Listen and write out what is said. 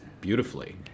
beautifully